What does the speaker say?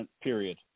Period